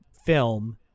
film